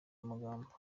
magambo